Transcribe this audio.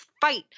fight